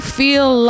feel